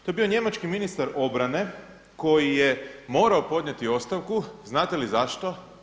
To je bio njemački ministar obrane koji je morao podnijeti ostavku, znate li zašto?